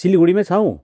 सिलगढीमै छौ